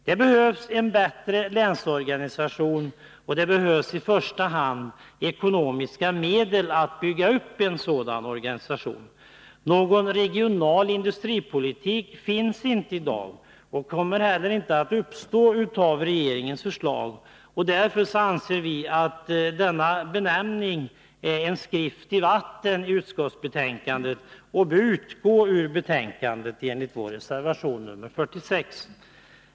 Det behövs en bättre länsorganisation, och det behövs i första hand ekonomiska medel att bygga upp en sådan organisation. Någon regional industripolitik finns inte i dag och kommer heller inte att uppstå genom regeringens förslag. Därför anser vi att denna benämning i utskottsbetänkandet är en skrift i vatten som bör utgå ur betänkandet enligt vår reservation nr 46.